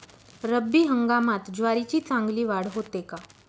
रब्बी हंगामात ज्वारीची चांगली वाढ होते का?